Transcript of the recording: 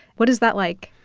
what is that like?